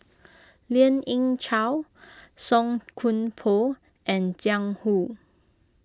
Lien Ying Chow Song Koon Poh and Jiang Hu